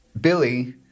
Billy